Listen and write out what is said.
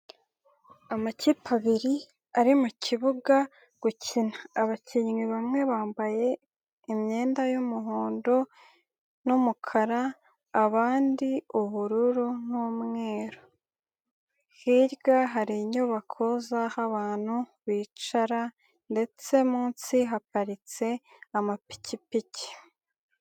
Amakipe abiri ari mu kibuga gukina, abakinnyi bamwe bambaye imyenda y'umuhondo n'umukara abandi ubururu n'umweru, hirya hari inyubako z'aho abantu bicara ndetse munsi haparitse amapikipiki.